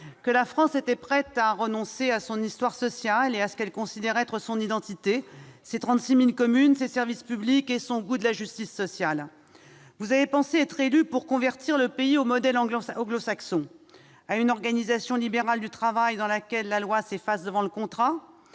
que la France était prête à renoncer à son histoire sociale et à ce qu'elle considère comme son identité : ses 36 000 communes, ses services publics et son goût pour la justice sociale ; vous avez pensé avoir été élus pour convertir le pays au modèle anglo-saxon, à une organisation libérale du travail dans laquelle la loi s'efface devant le contrat,